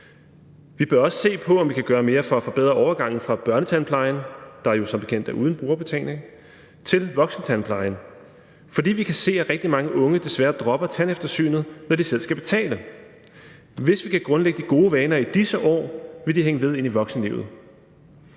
Vi bør også se på, om vi kan gøre mere for at forbedre overgangen fra børnetandplejen, der jo som bekendt er uden brugerbetaling, til voksentandplejen. For vi kan se, at rigtig mange unge desværre dropper tandeftersynet, når de selv skal betale. Hvis vi kan grundlægge de gode vaner i disse år, vil de hænge ved ind i voksenlivet.